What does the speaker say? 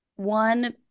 One